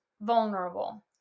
vulnerable